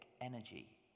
energy